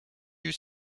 you